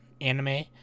anime